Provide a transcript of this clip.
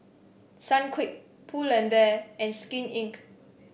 Sunquick Pull and Bear and Skin Inc